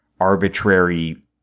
arbitrary